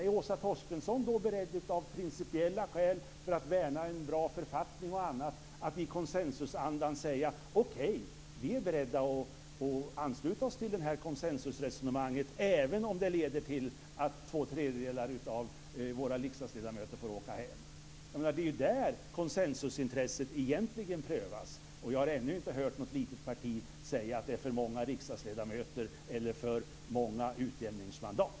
Är Åsa Torstensson då beredd att av principiella skäl och för att t.ex. värna en bra författning i konsensusanda säga att Centern är berett att ansluta sig till konsensusresonemanget, även om det leder till att två tredjedelar av Centerns riksdagsledamöter får åka hem? Det är egentligen där konsensusintresset prövas. Jag har ännu inte hört något litet parti säga att det är för många riksdagsledamöter eller för många utjämningsmandat.